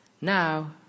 Now